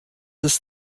ist